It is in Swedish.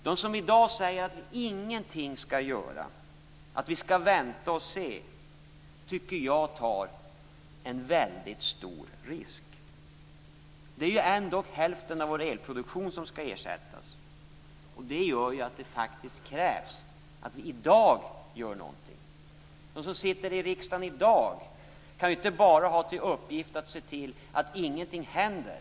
De som i dag säger att vi inte skall göra någonting - att vi skall vänta och se - tycker jag tar en väldigt stor risk. Det är ändå hälften av vår elproduktion som skall ersättas. Det krävs faktiskt att vi gör någonting i dag. De som sitter i riksdagen i dag kan inte bara ha till uppgift att se till att ingenting händer.